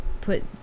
put